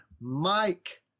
Mike